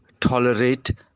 tolerate